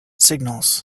signals